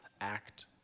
act